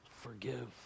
forgive